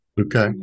Okay